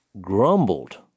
grumbled